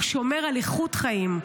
הוא שומר על איכות חיים,